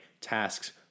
tasks